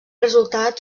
resultat